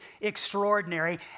extraordinary